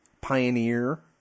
pioneer